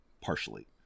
partially